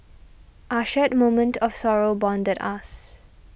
our shared moment of sorrow bonded us